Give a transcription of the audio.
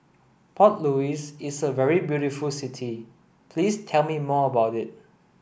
Port Louis is a very beautiful city please tell me more about it